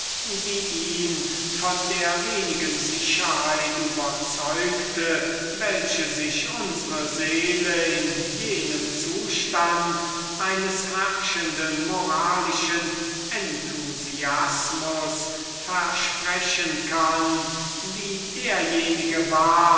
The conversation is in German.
von der wenigen sicherheit überzeugte welche sich unsre seele in diesem zustand eines immerwährenden moralischen enthusiasmus versprechen kann